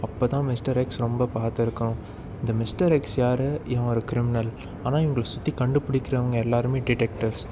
அப்போதான் mister X ரொம்ப பார்த்துருக்கணும் இந்த மிஸ்டர் எக்ஸ் யார் இவன் ஒரு கிருமினல் ஆனால் இவங்களை சுற்றி கண்டுப்பிடிக்கிறவங்க எல்லாருமே டிடெக்டர்ஸ்